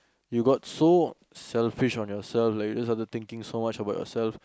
you got so selfish on yourself like you're just thinking so much about yourself